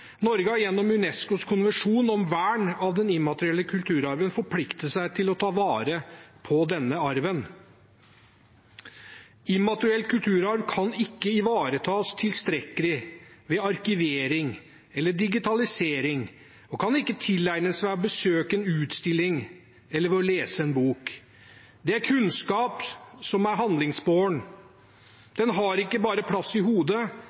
forpliktet seg til å ta vare på denne arven. Immateriell kulturarv kan ikke ivaretas tilstrekkelig ved arkivering eller digitalisering, og man kan ikke tilegne seg den ved å besøke en utstilling eller ved å lese en bok. Dette er kunnskap som er handlingsbåren. Den har ikke bare plass i hodet,